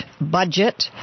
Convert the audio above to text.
budget